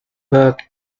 work